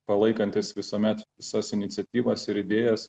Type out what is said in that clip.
palaikantis visuomet visas iniciatyvas ir idėjas